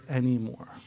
anymore